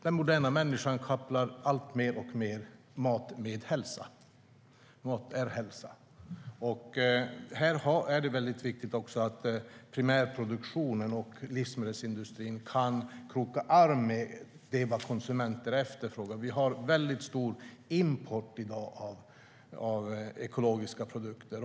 Den moderna människan kopplar alltmer mat med hälsa. Mat är hälsa. Det är viktigt att primärproduktionen och livsmedelsindustrin kan kroka arm med vad konsumenter efterfrågar. Vi har i dag stor import av ekologiska produkter.